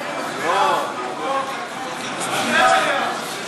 לא נכון.